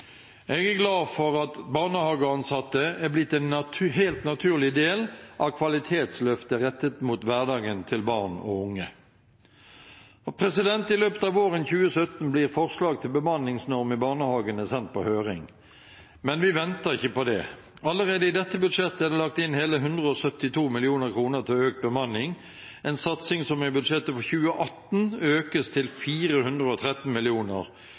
Jeg er glad for at barnehageansatte er blitt en helt naturlig del av kvalitetsløftet rettet mot hverdagen til barn og unge. I løpet av våren 2017 blir forslag til bemanningsnorm i barnehagene sendt på høring. Men vi venter ikke på det. Allerede i dette budsjettet er det lagt inn hele 172 mill. kr til økt bemanning, en satsing som i budsjettet for 2018 økes til 413